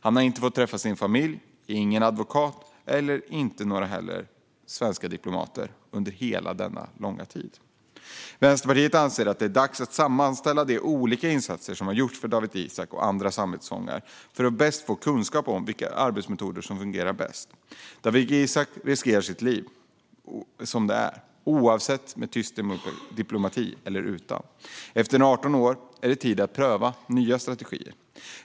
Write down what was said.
Han har inte fått träffa sin familj, ingen advokat och inte heller några svenska diplomater under hela denna långa tid. Vänsterpartiet anser att det är dags att sammanställa de olika insatser som har gjorts för Dawit Isaak och andra samvetsfångar för att bäst få kunskap om vilka arbetsmetoder som fungerar bäst. Dawit Isaak riskerar sitt liv som det är, oavsett tyst diplomati eller inte. Efter 18 år är det tid att pröva nya strategier.